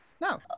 No